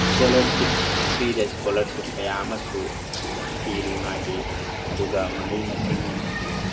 scholarship ꯐ꯭ꯔꯤꯗ scholarship ꯀꯌꯥ ꯑꯃꯁꯨ ꯄꯤꯔꯤ ꯃꯥꯒꯤ ꯑꯗꯨꯒ ꯃꯍꯩ ꯃꯁꯤꯡ